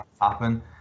happen